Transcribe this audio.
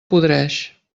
podreix